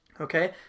Okay